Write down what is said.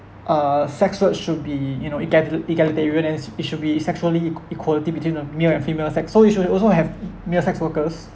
uh sex work should be you know ega~ egalitarian it should be sexually equa~ equality between a male and female sex so you should also have male sex workers